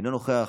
אינו נוכח,